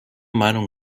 meinung